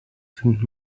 sind